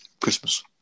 Christmas